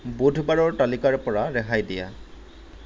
বুধবাৰৰ তালিকাৰ পৰা ৰেহাই দিয়া